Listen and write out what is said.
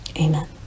Amen